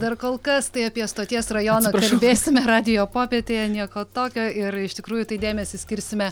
dar kol kas tai apie stoties rajoną kalbėsime radijo popietėje nieko tokio ir iš tikrųjų tai dėmesį skirsime